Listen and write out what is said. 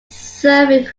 serving